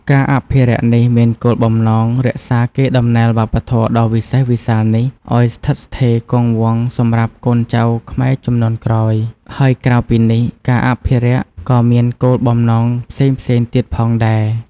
ការអភិរក្សនេះមានគោលបំណងរក្សាកេរដំណែលវប្បធម៌ដ៏វិសេសវិសាលនេះឱ្យស្ថិតស្ថេរគង់វង្សសម្រាប់កូនចៅខ្មែរជំនាន់ក្រោយ ហើយក្រៅពីនេះ ការអភិរក្សក៏មានគោលបំណងផ្សេងៗទៀតផងដែរ។